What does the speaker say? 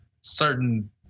certain